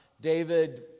David